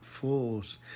fools